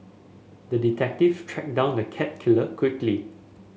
the detective tracked down the cat killer quickly